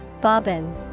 Bobbin